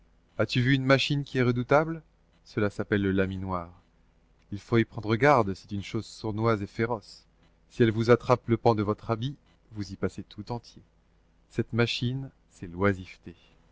as-tu vu une machine qui est redoutable cela s'appelle le laminoir il faut y prendre garde c'est une chose sournoise et féroce si elle vous attrape le pan de votre habit vous y passez tout entier cette machine c'est l'oisiveté